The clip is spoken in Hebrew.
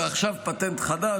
ועכשיו פטנט חדש,